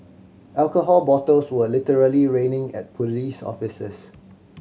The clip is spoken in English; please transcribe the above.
alcohol bottles were literally raining at police officers